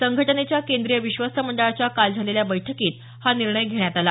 संघटनेच्या केंद्रीय विश्वस्त मंडळाच्या काल झालेल्या बैठकीत हा निर्णय घेण्यात आला